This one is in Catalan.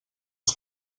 els